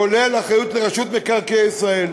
כולל אחריות לרשות מקרקעי ישראל,